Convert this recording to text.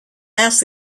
asked